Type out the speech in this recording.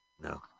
No